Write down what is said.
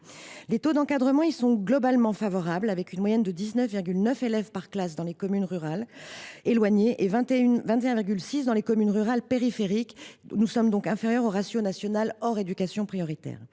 Les taux d’encadrement y sont globalement favorables, avec 19,9 élèves par classe dans les communes rurales éloignées et 21,6 dans les communes rurales périphériques, soit une moyenne inférieure au ratio national, hors éducation prioritaire.